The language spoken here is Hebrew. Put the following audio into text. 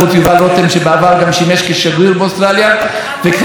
וכן לכל חברינו באוסטרליה,